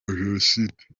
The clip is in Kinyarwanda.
jenoside